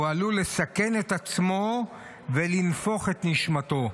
עלול לסכן את עצמו ולנפוח את נשמתו.